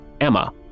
Emma